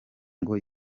ngo